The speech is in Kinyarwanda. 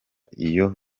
iyo